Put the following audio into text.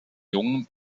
jungen